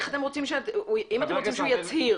אם אתם רוצים שהוא יצהיר